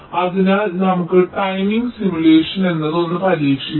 അതിനാൽ നമുക്ക് timing simulation എന്ന ഒന്ന് പരീക്ഷിക്കാം